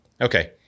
Okay